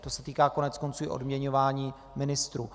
To se týká koneckonců i odměňování ministrů.